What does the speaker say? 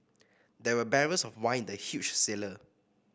there were barrels of wine in the huge cellar